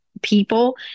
people